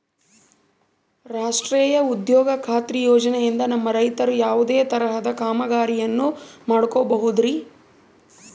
ರಾಷ್ಟ್ರೇಯ ಉದ್ಯೋಗ ಖಾತ್ರಿ ಯೋಜನೆಯಿಂದ ನಮ್ಮ ರೈತರು ಯಾವುದೇ ತರಹದ ಕಾಮಗಾರಿಯನ್ನು ಮಾಡ್ಕೋಬಹುದ್ರಿ?